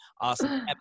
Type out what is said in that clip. Awesome